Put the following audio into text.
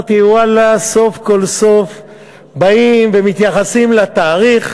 אמרתי, ואללה, סוף כל סוף באים ומתייחסים לתאריך,